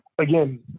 again